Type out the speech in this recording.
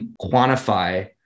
quantify